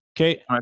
okay